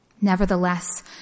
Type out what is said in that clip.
Nevertheless